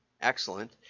Excellent